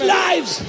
lives